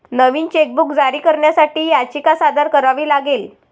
नवीन chequebook जारी करण्यासाठी याचिका सादर करावी लागेल